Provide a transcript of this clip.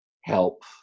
help